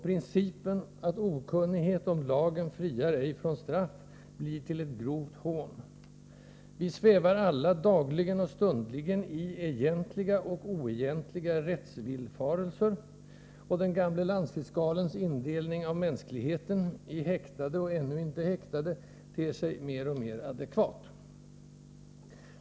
Principen att ”okunnighet om lagen friar ej från straff” blir till ett grovt hån. Vi svävar alla dagligen och stundligen i ”egentliga” och ”oegentliga” rättsvillfarelser. Och den gamle landsfiskalens indelning av mänskligheten i häktade och ännu inte häktade ter sig mer och mer adekvat.